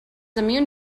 immune